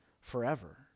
forever